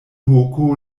hoko